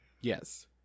Yes